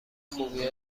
خوبی